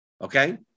Okay